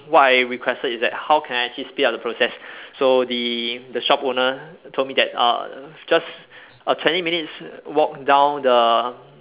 what I requested is that how can I actually speed up the process so the the shop owner told me that uh just a twenty minutes walk down the